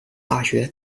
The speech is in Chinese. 大学